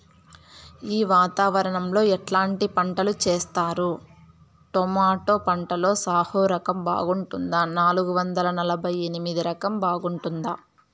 ఈ వాతావరణం లో ఎట్లాంటి పంటలు చేస్తారు? టొమాటో పంటలో సాహో రకం బాగుంటుందా నాలుగు వందల నలభై ఎనిమిది రకం బాగుంటుందా?